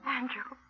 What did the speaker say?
Andrew